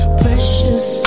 precious